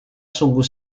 sungguh